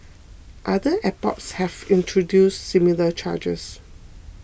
other airports have introduced similar charges